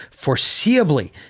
foreseeably